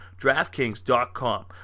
DraftKings.com